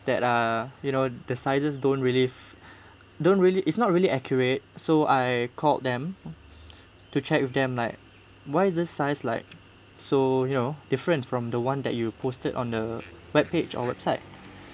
that ah you know the sizes don't really don't really it's not really accurate so I called them to check with them like why is this size like so you know different from the one that you posted on thw web page or website